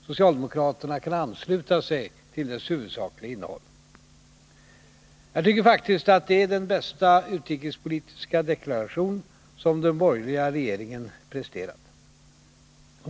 Socialdemokraterna kan ansluta sig till dess huvudsakliga innehåll. Jag tycker faktiskt att det är den bästa utrikespolitiska deklaration som den borgerliga regeringen presterat.